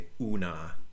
una